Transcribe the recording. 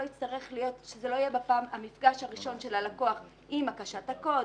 זה לא יהיה המפגש הראשון של הלקוח עם הקשת הקוד,